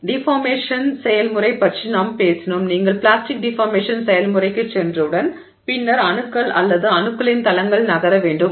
deformation செயல்முறை பற்றி நாம் பேசினோம் நீங்கள் பிளாஸ்டிக் டிஃபார்மேஷன் செயல்முறைக்குச் சென்றவுடன் பின்னர் அணுக்கள் அல்லது அணுக்களின் தளங்கள் நகர வேண்டும்